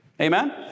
Amen